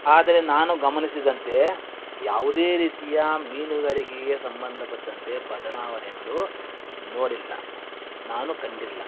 ಆದರೆ ನಾನು ಗಮನಿಸಿದಂತೆ ಯಾವುದೇ ರೀತಿಯ ಮೀನುಗಾರಿಕೆಗೆ ಸಂಬಂಧಪಟ್ಟಂತೆ ಬದಲಾವಣೆಗಳು ನೋಡಿಲ್ಲ ನಾನು ಕಂಡಿಲ್ಲ